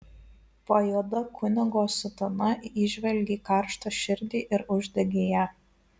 po juoda kunigo sutana įžvelgei karštą širdį ir uždegei ją